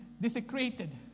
desecrated